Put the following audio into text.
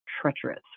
treacherous